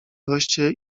goście